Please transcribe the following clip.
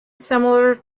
similar